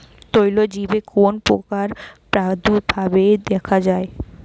তৈলবীজে কোন পোকার প্রাদুর্ভাব দেখা যায়?